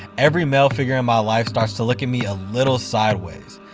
every male figure in my life starts to look at me a little sideways.